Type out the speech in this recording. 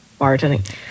bartending